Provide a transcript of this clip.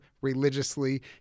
religiously